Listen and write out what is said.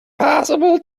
possible